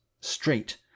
straight